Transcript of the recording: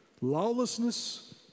Lawlessness